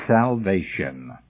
salvation